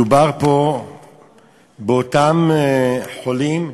מדובר פה באותם חולים שנפלו,